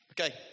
Okay